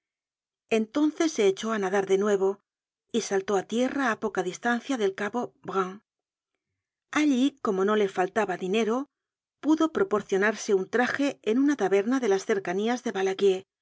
entonces se echó á nadar de nuevo y saltó á tierra á poca distancia del cabo brun allí como no le faltaba dinero pudo proporcionarse un traje en una taberna de las cercanías de